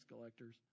collectors